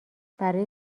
برای